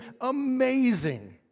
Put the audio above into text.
amazing